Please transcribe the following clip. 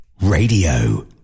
Radio